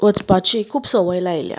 वचपाची खूब संवय लायल्या